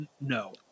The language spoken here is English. No